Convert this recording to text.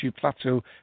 plateau